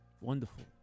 Wonderful